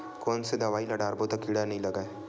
कोन से दवाई ल डारबो त कीड़ा नहीं लगय?